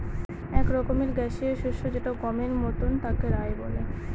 এক রকমের গ্যাসীয় শস্য যেটা গমের মতন তাকে রায় বলে